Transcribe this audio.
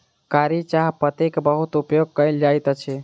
कारी चाह पत्तीक बहुत उपयोग कयल जाइत अछि